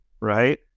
right